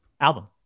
album